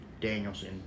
Danielson